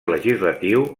legislatiu